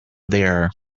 there